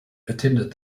attended